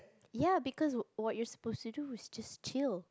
ya because what you supposed to do is just chill